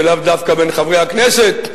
ולאו דווקא בין חברי הכנסת,